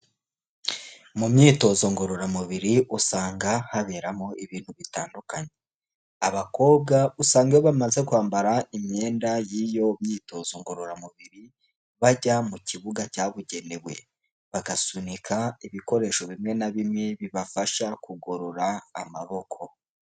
Mu myitozo ngororamubiri usanga haberamo ibintu bitandukanye, abakobwa usanga iyo bamaze kwambara imyenda y'iyo myitozo ngororamubiri, bajya mu kibuga cyabugenewe, bagasunika ibikoresho bimwe na bimwe bibafasha kugorora amaboko.